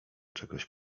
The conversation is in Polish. czegoś